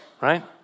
Right